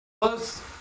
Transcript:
close